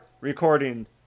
recording